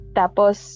tapos